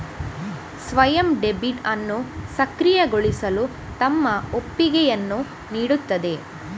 ಸ್ವಯಂ ಡೆಬಿಟ್ ಅನ್ನು ಸಕ್ರಿಯಗೊಳಿಸಲು ತಮ್ಮ ಒಪ್ಪಿಗೆಯನ್ನು ನೀಡುತ್ತದೆ